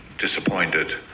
Disappointed